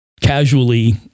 casually